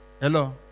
Hello